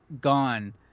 gone